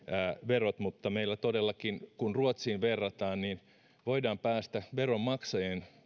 verot mutta meillä todellakin kun ruotsiin verrataan voidaan päästä veronmaksajien